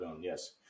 yes